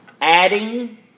adding